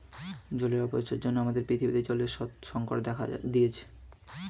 জলের অপচয়ের জন্য আমাদের পৃথিবীতে জলের সংকট দেখা দিয়েছে